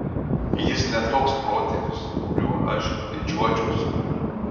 jis ne toks protėvis kuriuo aš didžiuočiausi